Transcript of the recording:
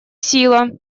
сила